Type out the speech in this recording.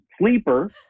sleeper